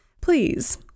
Please